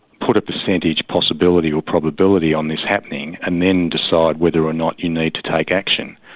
put a percentage possibility or probability on this happening and then decide whether or not you need to take action.